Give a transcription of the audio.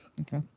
okay